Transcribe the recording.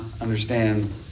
understand